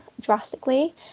drastically